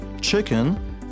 chicken